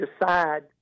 decide